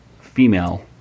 female